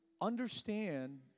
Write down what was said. understand